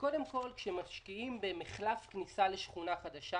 קודם כול, כשמשקיעים במחלף כניסה לשכונה חדשה